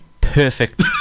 Perfect